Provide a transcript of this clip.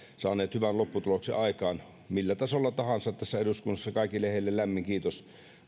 saaneet hyvän lopputuloksen aikaan millä tasolla tahansa tässä eduskunnassa kaikille heille lämmin kiitos